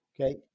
Okay